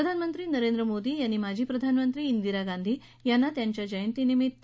प्रधानमंत्री नरेंद्र मोदी यांनी माजी प्रधानमंत्री इंदिरा गांधी यांना त्यांच्या जयंतीनिमित्त